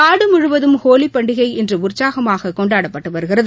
நாடு முழுவதும் ஹோலிப்பண்டிகை இன்று உற்சாகமாகக் கொண்டாடப்பட்டு வருகிறது